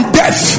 death